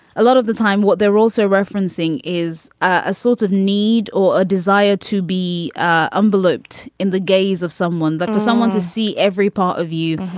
a lot of the time, what they're also referencing is a sort of need or a desire to be unblocked in the gaze of someone. but for someone to see every part of you.